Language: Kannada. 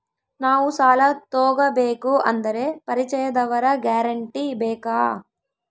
ನಾವು ಸಾಲ ತೋಗಬೇಕು ಅಂದರೆ ಪರಿಚಯದವರ ಗ್ಯಾರಂಟಿ ಬೇಕಾ?